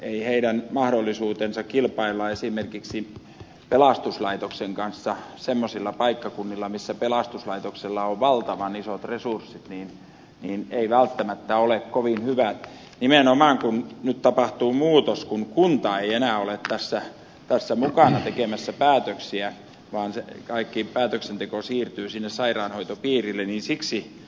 eivät heidän mahdollisuutensa kilpailla esimerkiksi pelastuslaitoksen kanssa semmoisilla paikkakunnilla missä pelastuslaitoksella on valtavan isot resurssit välttämättä ole kovin hyvät nimenomaan kun nyt tapahtuu muutos kun kunta ei enää ole tässä mukana tekemässä päätöksiä vaan kaikki päätöksenteko siirtyy sairaanhoitopiirille